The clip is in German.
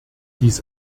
dies